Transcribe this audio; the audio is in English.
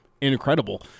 incredible